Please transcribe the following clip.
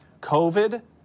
COVID